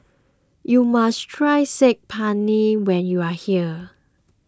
you must try Saag Paneer when you are here